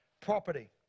property